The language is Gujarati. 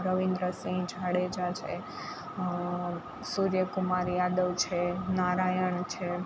રવીન્દ્ર સિંહ જાડેજા છે સુર્યકુમાર યાદવ છે નારાયણ છે